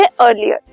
earlier